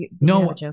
no